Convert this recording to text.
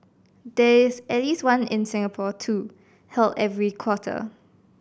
there is at least one in Singapore too held every quarter